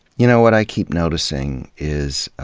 you know, what i keep noticing is, ah